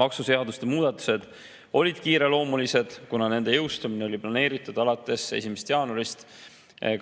Maksuseaduste muudatused olid kiireloomulised, kuna nende jõustumine oli planeeritud 1. jaanuariks